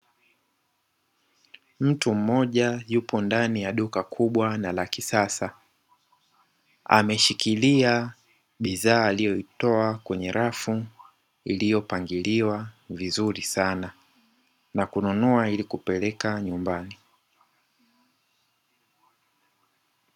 Mtu mmoja yupo ndani ya duka kubwa na la kisasa ameshikilia bidhaa aliyoitoa kwenye rafu iliyopangiliwa vizuri sana na kununua ili kupeleka nyumbani.